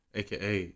aka